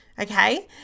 Okay